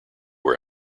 were